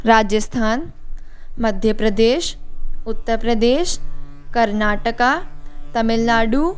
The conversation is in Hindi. राजस्थान मध्य प्रदेश उत्तर प्रदेश कर्नाटक तमिलनाडु